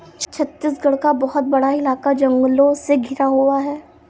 छत्तीसगढ़ का बहुत बड़ा इलाका जंगलों से घिरा हुआ है